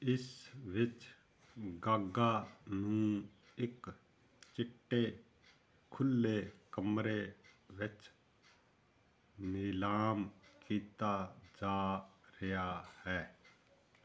ਇਸ ਵਿੱਚ ਗੱਗਾ ਨੂੰ ਇੱਕ ਚਿੱਟੇ ਖੁੱਲ੍ਹੇ ਕਮਰੇ ਵਿੱਚ ਨਿਲਾਮ ਕੀਤਾ ਜਾ ਰਿਹਾ ਹੈ